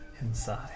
inside